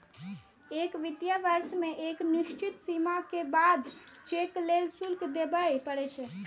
एक वित्तीय वर्ष मे एक निश्चित सीमा के बाद चेक लेल शुल्क देबय पड़ै छै